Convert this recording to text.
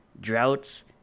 droughts